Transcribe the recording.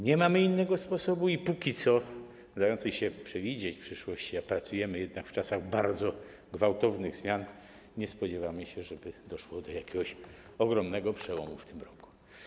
Nie mamy innego sposobu i w dającej się przewidzieć przyszłości - a pracujemy jednak w czasach bardzo gwałtownych zmian - nie spodziewamy się, żeby doszło do jakiegoś ogromnego przełomu w tym roku.